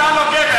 אתה לא גבר.